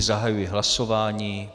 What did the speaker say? Zahajuji hlasování.